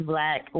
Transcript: Black